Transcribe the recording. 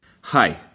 Hi